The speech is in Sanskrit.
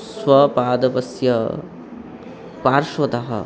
स्वपादपस्य पार्श्वतः